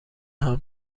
حمل